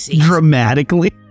dramatically